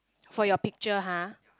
for your picture [huh]